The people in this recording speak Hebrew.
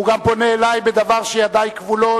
הוא גם פונה אלי בדבר שידי כבולות.